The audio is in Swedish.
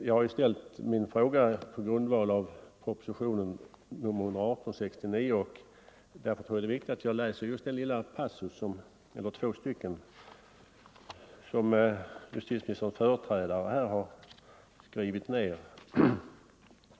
Jag har ställt min fråga på grundval av proposition nr 118 år 1969. Därför tror jag det är viktigt att läsa upp två avsnitt som justitieministerns företrädare har skrivit ned.